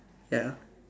ya